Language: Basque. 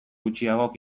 gutxiagok